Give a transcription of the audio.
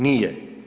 Nije.